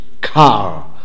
car